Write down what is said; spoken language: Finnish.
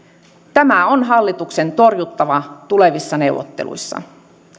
tämä on hallituksen torjuttava tulevissa neuvotteluissa